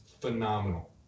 phenomenal